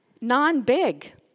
non-big